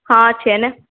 હા છે ને